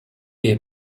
est